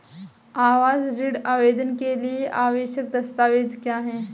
आवास ऋण आवेदन के लिए आवश्यक दस्तावेज़ क्या हैं?